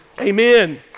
Amen